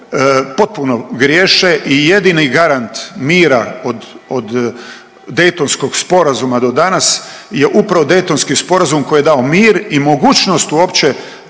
potpuno griješe i jedini garant mira od Daytonskog sporazuma do danas je upravo Daytonski sporazum koji je dao mir i mogućnost uopće